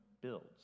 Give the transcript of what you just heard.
builds